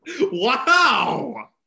Wow